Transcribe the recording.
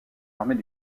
armées